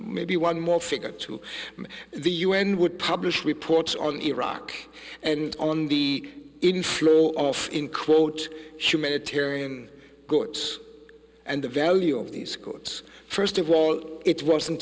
maybe one more figure to the u n would publish reports on iraq and on the inflow off in quote humanitarian goods and the value of these goods first of all it wasn't